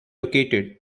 located